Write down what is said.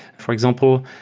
for example,